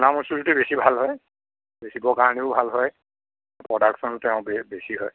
সোণামুচুৰীটো বেছি ভাল হয় বেচিব কাৰণেও ভাল হয় প্ৰডাকচন তেও বে বেছি হয়